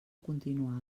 continuada